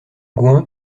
gouin